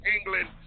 England